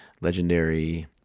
legendary